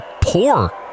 poor